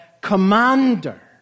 commander